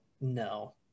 no